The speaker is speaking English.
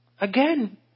Again